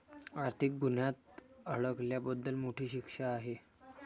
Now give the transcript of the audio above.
आर्थिक गुन्ह्यात अडकल्याबद्दल मोठी शिक्षा आहे